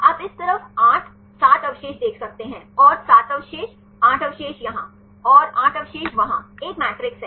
आप इस तरफ 8 7 अवशेष देख सकते हैं और7 अवशेष 8 अवशेष यहाँ और 8 अवशेष वहाँ एक मैट्रिक्स है